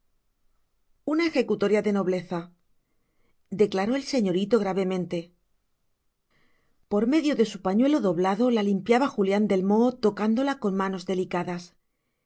una ejecutoria de nobleza declaró el señorito gravemente por medio de su pañuelo doblado la limpiaba julián del moho tocándola con manos delicadas